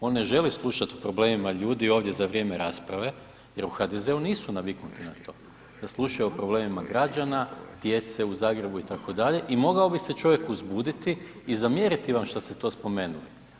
On ne želi slušati o problemima ljudi ovdje za vrijeme rasprave jer u HDZ-u nisu naviknuti na to, da slušaju o problemima građana, djece u Zagrebu itd. i mogao bi se čovjek uzbuditi i zamjeriti vam što ste to spomenuli.